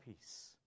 peace